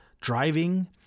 driving